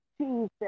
Jesus